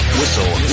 whistle